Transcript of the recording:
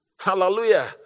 Hallelujah